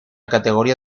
categoría